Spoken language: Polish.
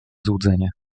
złudzenie